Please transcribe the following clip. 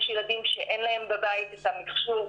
יש ילדים שאין להם בבית את המכשור.